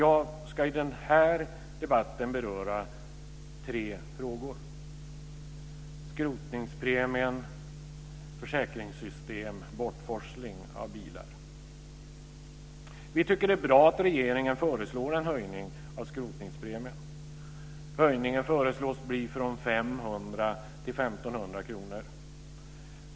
Jag ska i den här debatten beröra tre frågor: skrotningspremien, försäkringssystem, bortforsling av bilar. Vi tycker att det är bra att regeringen föreslår en höjning av skrotningspremien. En höjning föreslås från 500 kr till 1 500 kr.